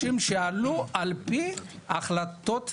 שעלו על פי החלטות הממשלה,